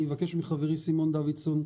אני אבקש מחברי, סימון דוידסון,